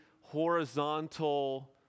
horizontal